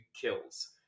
kills